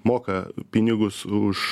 moka pinigus už